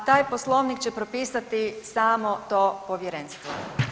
A taj Poslovnik će propisati samo to povjerenstvo.